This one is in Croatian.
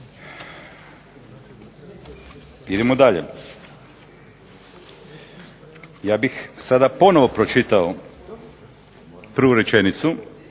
Idemo dalje. Ja bih sada ponovno pročitao prvu rečenicu